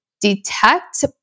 detect